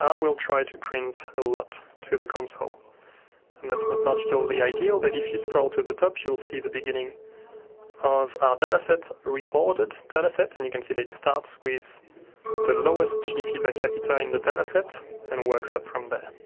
will try to print a lot to the console and that's not particularly ideal but if you scroll to the top, you'll see the beginning of our data set reordered data set and you can see that it starts with the lowest gdp per capita in the data set and works up from there.